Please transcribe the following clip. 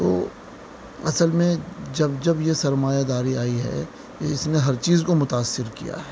تو اصل میں جب جب یہ سرمایہ داری آئی ہے اس نے ہر چیز کو متاثر کیا ہے